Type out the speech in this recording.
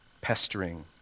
pestering